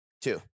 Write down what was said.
Two